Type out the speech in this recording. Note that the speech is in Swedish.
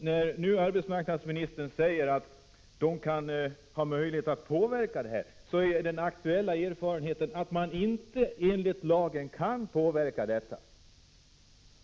När arbetsmarknadsministern säger att den fackliga organisationen har möjlighet att påverka detta, motsägs det av den aktuella erfarenheten att man enligt lagen inte kan påverka detta.